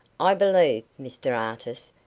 i believe, mr artis,